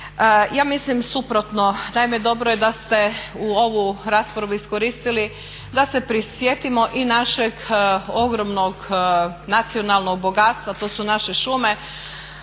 Ja mislim suprotno. Naime, dobro je da ste ovu raspravu iskoristili da se prisjetimo i našeg ogromnog nacionalnog bogatstva. To su naše šume.